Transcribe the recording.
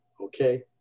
Okay